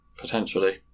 Potentially